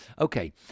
Okay